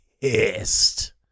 pissed